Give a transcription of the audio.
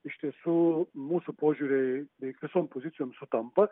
iš tiesų mūsų požiūriai beveik visom pozicijom sutampa